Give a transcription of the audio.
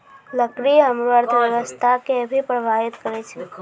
लकड़ी हमरो अर्थव्यवस्था कें भी प्रभावित करै छै